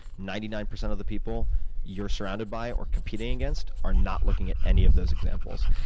ninety nine per cent of the people you're surrounded by or competing against, are not looking at any of those examples.